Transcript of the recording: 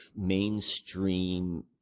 mainstream